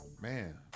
Man